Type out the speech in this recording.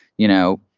you know,